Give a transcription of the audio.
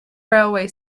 railway